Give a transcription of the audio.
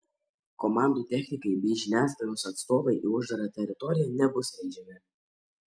komandų technikai bei žiniasklaidos atstovai į uždarą teritoriją nebus įleidžiami